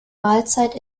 mahlzeit